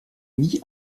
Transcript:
nie